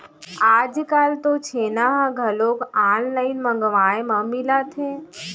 आजकाल तो छेना ह घलोक ऑनलाइन मंगवाए म मिलत हे